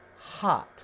hot